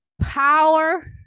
power